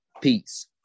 Peace